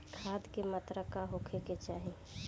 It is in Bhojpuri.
खाध के मात्रा का होखे के चाही?